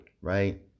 right